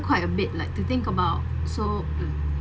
quite a bit like to think about so mm